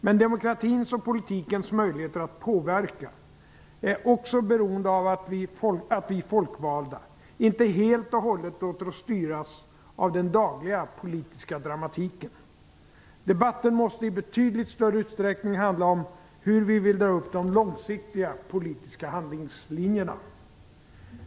Men demokratins och politikens möjligheter att påverka är också beroende av att vi folkvalda inte helt och hållet låter oss styras av den dagliga politiska dramatiken. Debatten måste i betydligt större utsträckning handla om hur vi vill dra upp de långsiktiga politiska handlingslinjerna.